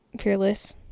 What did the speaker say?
Fearless